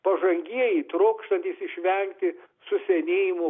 pažangieji trokštantys išvengti su senėjimu